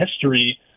history